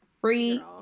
free